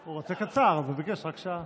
הוא רוצה קצר, אז הוא ביקש רק שעה.